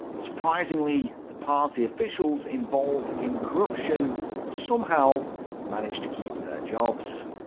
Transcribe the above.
surprisingly, the party officials involved in corruption somehow managed to keep their jobs.